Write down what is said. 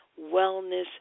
wellness